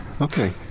Okay